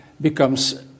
becomes